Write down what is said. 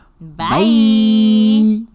Bye